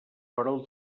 perol